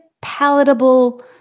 palatable